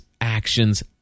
actions